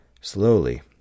Slowly